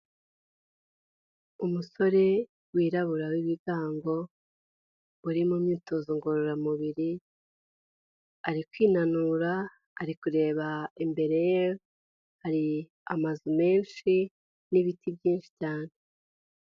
Umusore wirabura w'ibigango uri mu myitozo ngororamubiri ari kwinanura ari kureba imbere ye hari amazu menshi n'ibiti byinshi cyane.